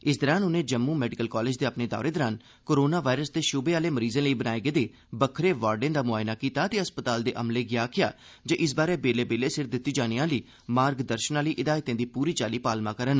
इस दौरान उनें जम्मू मैडिकल कालेज दे अपने दौरे दौरान कोरोना वायरस दे शूबे आह्ले मरीजें लेई बनाए गेदे बक्खरे वार्डें दा मुआयना कीता ते अस्पताल दे अमले गी आखेआ जे इस बारै बेल्ले बेल्ले सिर दित्ती जाने आह्ली मार्गदर्शन आह्ली हिदायतें दी पूरी चाल्ली पालमा करन